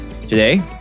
Today